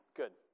good